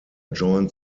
joined